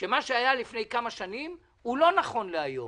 שמה שהיה לפני כמה שנים, לא נכון להיום.